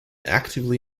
actively